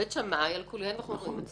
בית שמאי על קולותיהם ועל חומרותיהם.